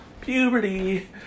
Puberty